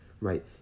right